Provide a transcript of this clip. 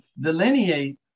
delineate